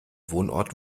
wohnort